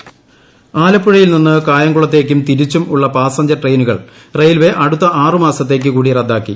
passenger train ആലപ്പുഴയിൽ നിന്ന് കായംകുളത്തേക്കും തിരിച്ചും ഉള്ള പാസഞ്ചർ ട്രെയിനുകൾ റെയിൽവെ അടുത്ത ആറുമാസത്തേക്ക് കൂടി റദ്ദാക്കി